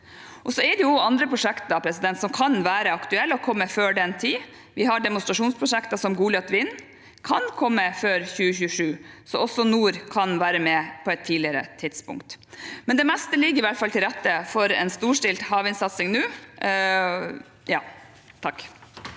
Det er også andre prosjekter som kan være aktuelle og komme før den tid. Vi har demonstrasjonsprosjekter som GoliatVIND som kan komme før 2027, så også nord kan være med på et tidligere tidspunkt. Det meste ligger i hvert fall til rette for en storstilt havvindsatsing nå. Bård